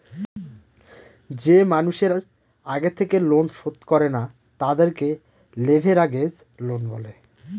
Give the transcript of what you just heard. যে মানুষের আগে থেকে লোন শোধ করে না, তাদেরকে লেভেরাগেজ লোন বলে